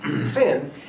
sin